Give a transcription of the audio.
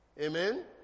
amen